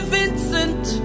Vincent